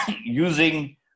using